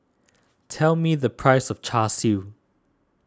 tell me the price of Char Siu